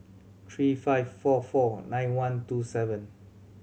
three five four four nine one two seven